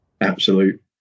Absolute